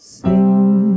sing